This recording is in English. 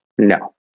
No